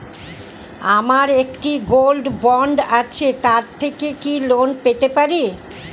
আমার একটি gold bond আছে তার থেকে কি লোন পেতে পারি?